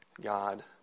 God